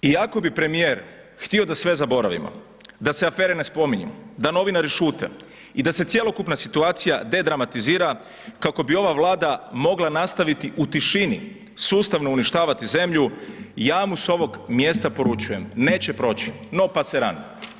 Iako bi premijer htio da sve zaboravimo, da se afere ne spominju, da novinari šute i da se cjelokupna situacija dedramatizira kako bi ova Vlada mogla nastaviti u tišini sustavno uništavati zemlju, ja mu s ovog mjesta poručujem, neće proći, no paseran.